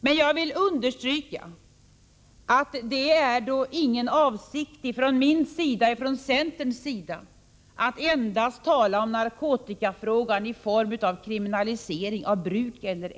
Men jag vill understryka att det inte är min eller centerns avsikt att tala om narkotikafrågan endast i form av en diskussion om kriminalisering eller ej av bruket.